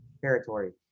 territory